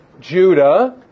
Judah